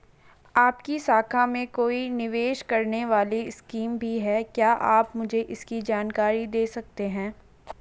आपकी शाखा में कोई निवेश करने वाली स्कीम भी है क्या आप मुझे इसकी जानकारी दें सकते हैं?